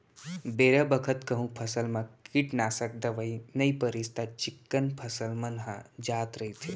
बेरा बखत कहूँ फसल म कीटनासक दवई नइ परिस त चिक्कन फसल मन ह जात रइथे